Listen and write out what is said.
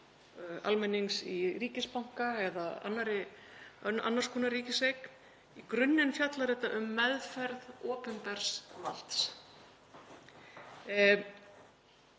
almennings í ríkisbanka eða annars konar ríkiseign. Í grunninn fjallar þetta um meðferð opinbers valds.